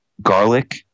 garlic